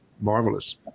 marvelous